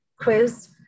quiz